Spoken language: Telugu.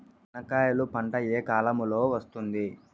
చెనక్కాయలు పంట ఏ కాలము లో వస్తుంది